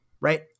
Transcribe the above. right